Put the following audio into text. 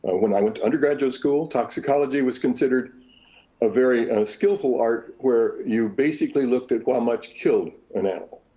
when i went to undergraduate school, toxicology was considered a very skillful art where you basically looked at while much killed an animal,